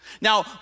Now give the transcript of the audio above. Now